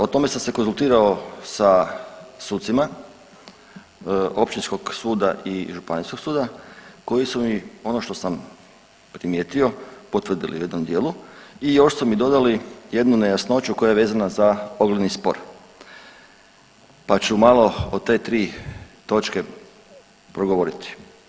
O tome sam se konzultirao sa sucima općinskog suda i županijskog suda koji su mi ono što sam primijetio potvrdili u jednom dijelu i još su mi dodali jednu nejasnoću koja je vezana za ogledni spor pa ću malo o te tri točke progovoriti.